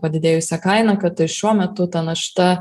padidėjusią kainą kad šiuo metu ta našta